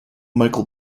michael